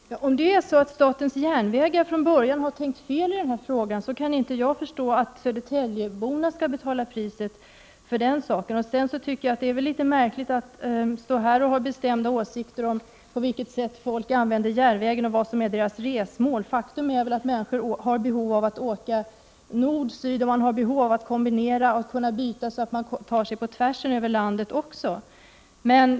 Fru talman! Om det är så att SJ från början har tänkt fel i denna fråga kan jag inte förstå varför södertäljeborna skall behöva betala priset för det. Det är märkligt att kommunikationsministern här har bestämda åsikter om på vilket sätt människor använder järnvägen och vilka resmål de har. Faktum är att människor har behov av att åka norrut och söderut, och även av att kombinera och byta för att ta sig tvärs över landet.